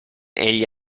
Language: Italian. egli